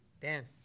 Dan